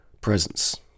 presence